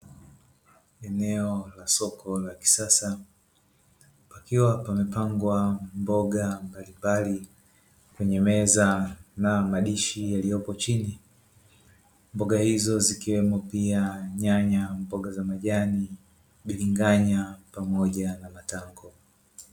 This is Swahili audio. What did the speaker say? Eneo la soko la kisasa pakiwa pamepangwa mboga mbalimbali kwenye meza na madishi yaliyopo chini. Mboga hizo zikiwemo pia: nyanya, mboga za majani, bilinganya pamoja na matango.